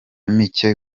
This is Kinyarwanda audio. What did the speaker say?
mike